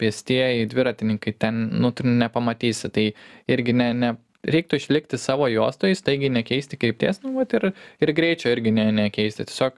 pėstieji dviratininkai ten nu nepamatysi tai irgi ne ne reiktų išlikti savo juostoj staigiai nekeisti krypties nu vat ir ir greičio irgi ne nekeisti tiesiog